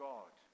God